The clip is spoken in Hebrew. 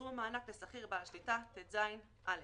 סכום המענק לשכיר בעל שליטה 18טז. (א)